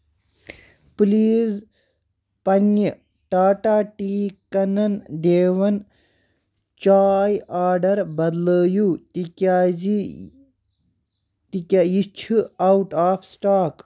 please پننہِ Tata tea کَنن دیوَن چاے آرڈر بدلٲیِو تِکیٛاز یہِ چھ اوٹ آف سٹاک